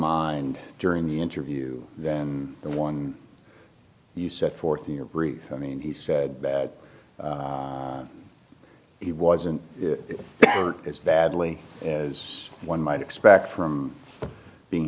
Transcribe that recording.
mind during the interview than the one you set forth in your brief i mean he said that he wasn't as badly as one might expect from being